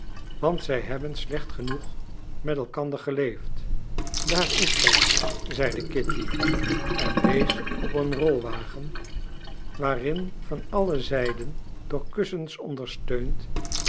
want zij hebben slecht genoeg met elkander geleefd daar is zij zeide kitty en wees op een rolwagen waarin van alle zijden door kussens ondersteund